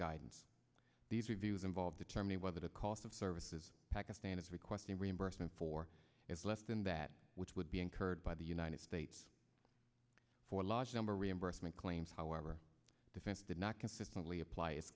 guidance these reviews involve determining whether the cost of services pakistan is requesting reimbursement for is less than that which would be incurred by the united states for a large number reimbursement claims however defense did not consistently appl